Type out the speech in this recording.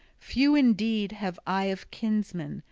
few indeed have i of kinsmen,